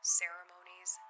ceremonies